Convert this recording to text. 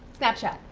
snapchat,